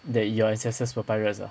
that your ancestors were pirates ah